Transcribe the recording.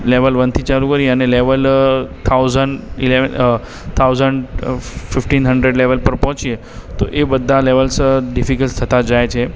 level વનથી ચાલુ કરી અને level thousand eleven a thousand fifteen hundred level પર પહોંચીએ તો એ બધા લૅવલ્સ ડિફિકલ્ટ થતાં જાય છે